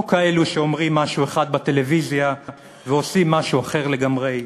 לא כאלה שאומרים משהו אחד בטלוויזיה ועושים משהו אחר לגמרי,